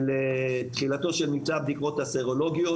תחילתו של מבצע הבדיקות הסרולוגיות,